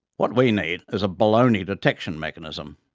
what we need is a baloney detection mechanism.